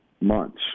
months